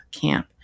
camp